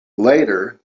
later